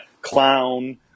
Clown